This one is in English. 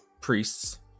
priests